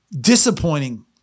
Disappointing